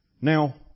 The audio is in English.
Now